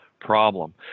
problem